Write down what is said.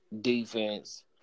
defense